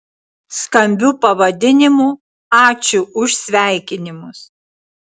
skambiu pavadinimu ačiū už sveikinimus